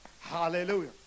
hallelujah